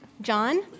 John